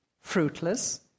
fruitless